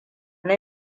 ni